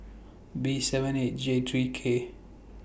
B seven eight J three K